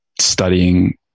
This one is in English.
studying